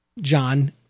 John